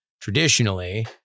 traditionally